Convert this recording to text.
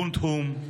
בונתהום,